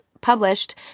published